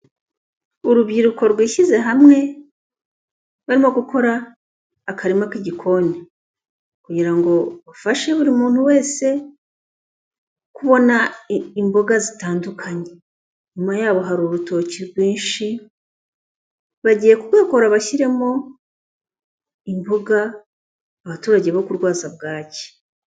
Urubyiruko rwishyize hamwe barimo gukora akarima k'igikoni kugira ngo bafashe buri muntu wese kubona imboga zitandukanye. Inyuma yabo hari urutoki rwinshi bagiye kugakora bashyiremo imboga abaturage bo kurwaza bwaki.